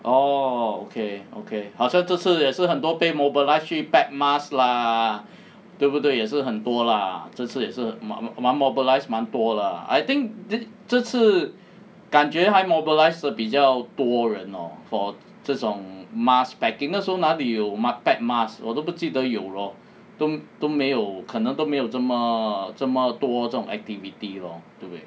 orh okay okay 好像这次也是很多被 mobilize 去 pack mask lah 对不对也是很多 lah 这次也是蛮 mobilized 蛮多 lah I think this 这次感觉 high mobilized 的比较多人 hor for 这种 mask packing 那时候哪里有 mask pack mask 我都不记得有 lor 都都没有可能都没有这么这么多这种 activity lor 对不对